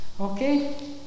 Okay